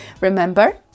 Remember